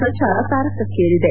ಪ್ರಚಾರ ತಾರಕಕ್ತೇರಿದೆ